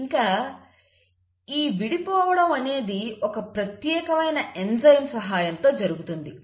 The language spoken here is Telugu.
ఇంకా ఈ విడిపోవడం అనేది ఒక ప్రత్యేకమైన ఎంజైమ్ సహాయంతో జరుగుతుంది